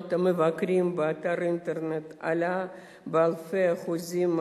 תנועת המבקרים באתר האינטרנט עלתה באלפי אחוזים.